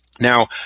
Now